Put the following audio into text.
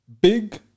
big